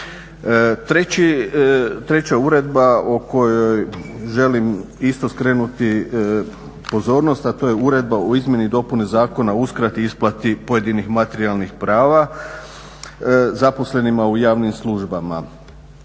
Treća uredba o kojoj želim isto skrenuti pozornost, a to je uredba o izmjeni i dopuni Zakona o uskrati i isplati pojedinih materijalnih prava zaposlenima u javnim službama.